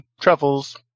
truffles